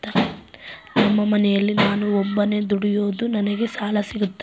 ನಮ್ಮ ಮನೆಯಲ್ಲಿ ನಾನು ಒಬ್ಬನೇ ದುಡಿಯೋದು ನನಗೆ ಸಾಲ ಸಿಗುತ್ತಾ?